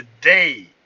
today